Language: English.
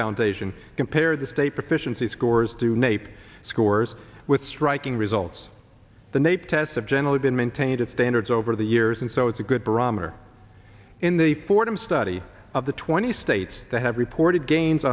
foundation compared the state proficiency scores to nape scores with striking results the nape tests have generally been maintained at standards over the years and so it's a good barometer in the fordham study of the twenty states that have reported ga